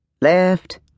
Left